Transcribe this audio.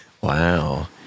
Wow